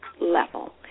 level